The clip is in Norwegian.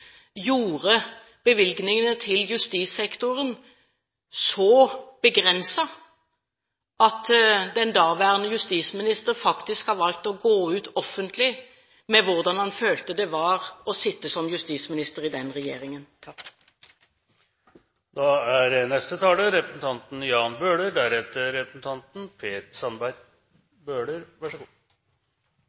gjorde bevilgningene til justissektoren så begrenset at den daværende justisminister faktisk har valgt å gå ut offentlig med hvordan han følte det var å sitte som justisminister i den regjeringen. Jeg vil først si at dette er